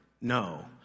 No